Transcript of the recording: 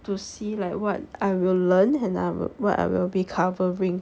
to see like what I will learn and I what I will be covering